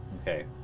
Okay